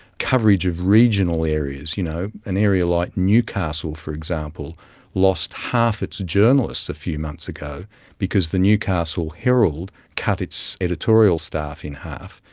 coverage of regional areas. you know an area like newcastle for example lost half its journalists a few months ago because the newcastle herald cut its editorial staff in half,